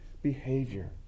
Behavior